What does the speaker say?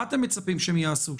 מה אתם מצפים שיעשו?